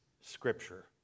Scripture